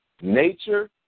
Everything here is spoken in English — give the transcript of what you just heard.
nature